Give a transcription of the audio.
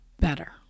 better